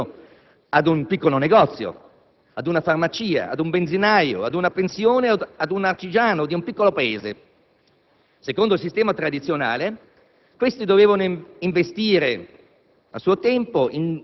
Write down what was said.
pensiamo, ad esempio, ad un piccolo negozio, ad una farmacia, ad un benzinaio, ad una pensione o ad un artigiano di un piccolo centro. Secondo il sistema tradizionale questi dovevano investire,